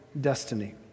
destiny